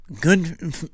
good